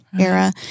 era